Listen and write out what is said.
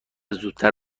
زودتر